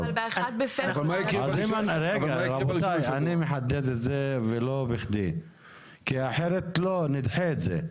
אני מחדד את זה ולא בכדי כי אחרת נדחה את זה.